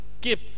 keep